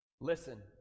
Listen